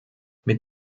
mit